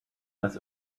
less